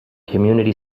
community